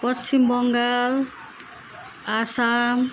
Paschim Bangal Assam